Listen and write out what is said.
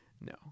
No